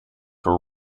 were